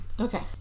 Okay